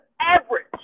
average